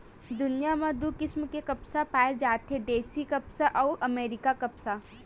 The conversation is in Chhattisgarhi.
दुनिया म दू किसम के कपसा पाए जाथे देसी कपसा अउ अमेरिकन कपसा